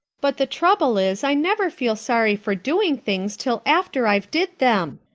but the trouble is i never feel sorry for doing things till after i've did them.